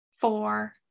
four